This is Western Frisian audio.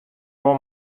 wol